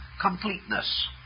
completeness